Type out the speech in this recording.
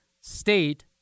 State